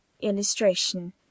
Illustration